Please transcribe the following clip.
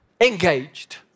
Engaged